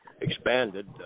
expanded